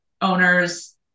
owners